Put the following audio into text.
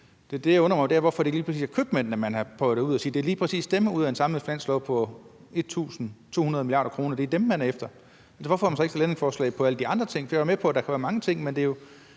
Det, der undrer mig, er, at det lige præcis er købmændene, man har peget ud, og at man har sagt, at det ud af et samlet budget på 1.200 mia. kr. lige præcis er dem, man er efter. Hvorfor har man så ikke stillet ændringsforslag om alle de andre ting? Jeg er med på, at der kan være mange ting, men det er jo